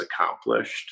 accomplished